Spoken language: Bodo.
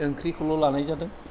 ओंख्रिखौल' लानाय जादों